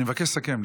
אני מבקש לסכם.